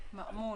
מהשרון פעם אחת.